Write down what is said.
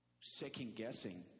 second-guessing